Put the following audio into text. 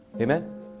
Amen